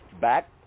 back